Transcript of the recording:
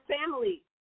family